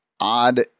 odd